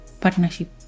partnership